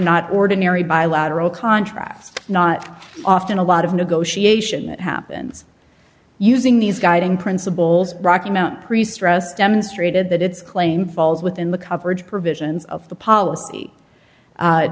not ordinary bilateral contrast not often a lot of negotiation that happens using these guiding principles rocky mount pre stressed demonstrated that its claim falls within the coverage provisions of the policy